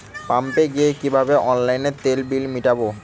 পাম্পে গিয়ে কিভাবে অনলাইনে তেলের বিল মিটাব?